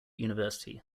university